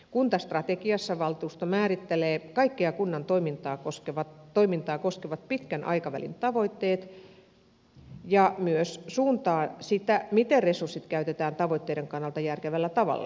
kuntastrategiassa valtuusto määrittelee kaikkea kunnan toimintaa koskevat pitkän aikavälin tavoitteet ja myös suuntaa sitä miten resurssit käytetään tavoitteiden kannalta järkevällä tavalla